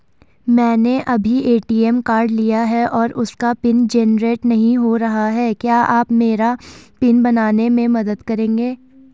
मैंने अभी ATM card लिया है और उसका पिन जेनरेट नहीं हो रहा है क्या आप मेरा पिन बनाने में मदद करेंगे?